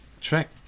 track